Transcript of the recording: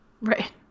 Right